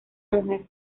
mujer